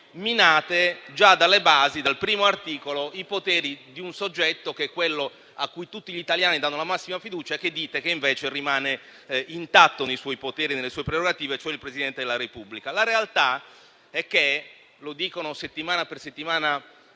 minate già dalle basi, dal primo articolo, i poteri di un soggetto che è quello a cui tutti gli italiani danno la massima fiducia e che dite che invece rimane intatto nei suoi poteri e nelle sue prerogative, cioè il Presidente della Repubblica. La realtà è che, come dicono settimana per settimana